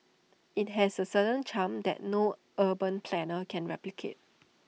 IT has A certain charm that no urban planner can replicate